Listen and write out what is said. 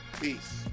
Peace